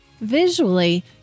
Visually